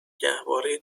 گهواره